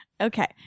Okay